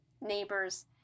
neighbors